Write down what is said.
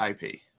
IP